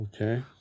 Okay